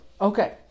Okay